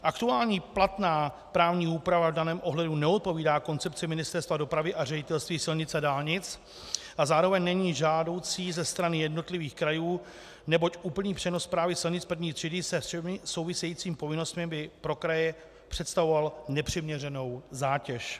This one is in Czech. Aktuální platná právní úprava v daném ohledu neodpovídá koncepci Ministerstva dopravy a Ředitelství silnic a dálnic a zároveň není žádoucí ze strany jednotlivých krajů, neboť úplný přenos správy silnic první třídy se souvisejícími povinnostmi by pro kraje představoval nepřiměřenou zátěž.